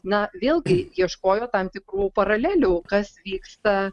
na vėlgi ieškojo tam tikrų paralelių kas vyksta